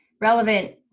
relevant